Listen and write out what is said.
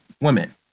women